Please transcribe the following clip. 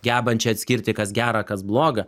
gebančią atskirti kas gera kas bloga